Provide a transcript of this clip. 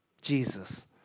Jesus